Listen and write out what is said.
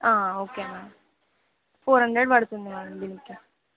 okay ma'am four hundred పడుతుంది madam దీనికి